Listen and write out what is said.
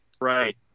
Right